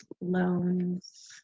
loans